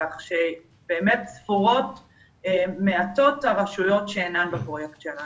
כך שבאמת מעטות הרשויות שאינן בפרויקט שלנו.